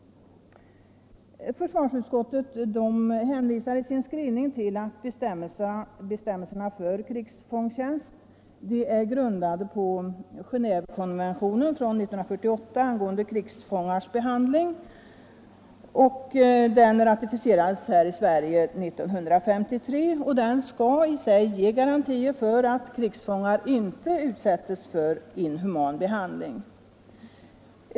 Försvarsutskottet hänvisar i sin skrivning till att bestämmelserna för krigsfångtjänst är grundade på Genå&vekonventionen från 1949 angående krigsfångars behandling, ratificerad av Sverige 1953. Den konventionen skall ge garantier för att krigsfångar inte utsätts för inhuman behandling.